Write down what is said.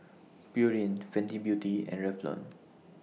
Pureen Fenty Beauty and Revlon